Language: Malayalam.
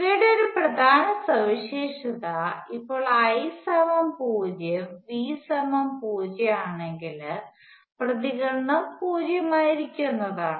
ഇവയുടെ ഒരു പ്രധാന സവിശേഷത ഇപ്പോൾ I 0 V പൂജ്യമാണെങ്കിൽ പ്രതികരണം പൂജ്യമായിരിക്കും എന്നതാണ്